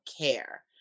care